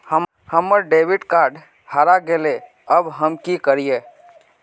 हमर debit card हरा गेले अब हम की करिये?